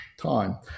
time